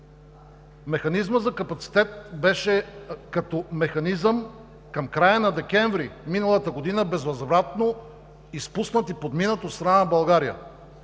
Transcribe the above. Механизмът за капацитет като механизъм към края на декември миналата година беше безвъзвратно изпуснат и подминат от страна на България